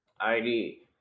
ID